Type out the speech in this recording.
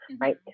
right